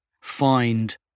find